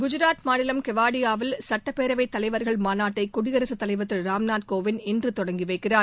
குஜராத் மாநிலம் கெவாடியாவில் சுட்டப்பேரவை தலைவர்கள் மாநாட்டை குடியரகத் தலைவர் திரு ராம்நாத் கோவிந்த் இன்று தொடங்கி வைக்கிறார்